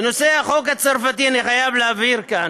בנושא החוק הצרפתי אני חייב להבהיר כאן.